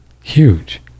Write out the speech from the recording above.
Huge